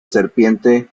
serpiente